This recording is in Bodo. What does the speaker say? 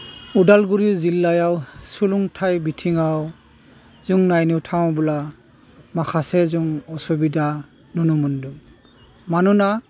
अदालगुरि जिल्लायाव सोलोंथाइ बिथिङाव जों नायनो थाङोब्ला माखासे जों असुबिदा नुनो मोन्दों मानोना